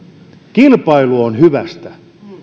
kilpailu on hyvästä